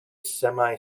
semi